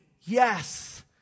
Yes